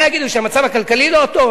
מה יגידו, שהמצב הכלכלי לא טוב?